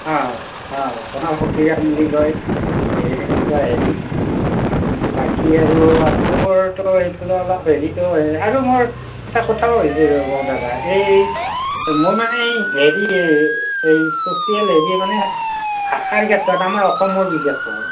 হা হা হয় প্ৰথম সফুৰিআম বুলি কয় এই সেনেকুৱা হেৰি বাকী আৰু আপোনালোকৰতো সেইফালে অলপ হেৰিতো আৰু মোৰ এটা কথা হৈছে ৰ'ব দাদা এই মোৰ মানে হেৰি এই চচিয়েল হেৰি মানে ভাষাৰ ক্ষেত্ৰত আমাৰ অসমৰ বিশেষকৈ